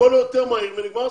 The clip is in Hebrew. הכול יותר מהיר ונגמר הסיפור.